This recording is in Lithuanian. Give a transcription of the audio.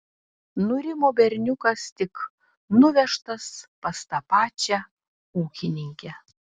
nurimo berniukas tik nuvežtas pas tą pačią ūkininkę